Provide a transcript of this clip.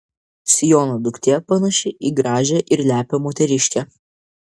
siono duktė panaši į gražią ir lepią moteriškę